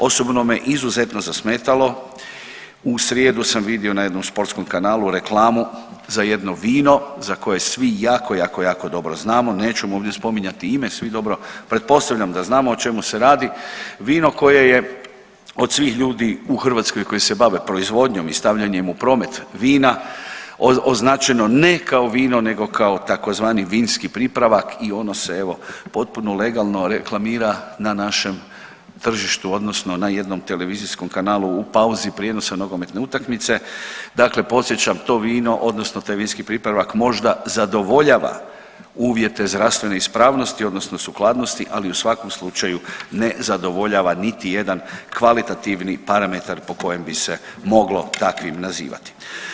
Osobno me izuzetno zasmetalo u srijedu sam vidio na jednom sportskom kanalu reklamu za jedno vino za koje svi jako, jako, jako dobro znamo neću mu ovdje spominjati ime, svi dobro pretpostavljam da znamo o čemu se radi, vino koje je od svih ljudi u Hrvatskoj koji se bave proizvodnjom i stavljanjem u promet vina označeno ne kao vino nego kao tzv. vinski pripravak i ono se evo potpuno legalno reklamira na našem tržištu odnosno na jednom televizijskom kanalu u pauzi prijenosa nogometne utakmice, dakle podsjećam to vino odnosno taj vinski pripravak možda zadovoljava uvjete zdravstvene ispravnosti odnosno sukladnosti, ali u svakom slučaju ne zadovoljava niti jedan kvalitativni parametar po kojem bi se moglo takvim nazivati.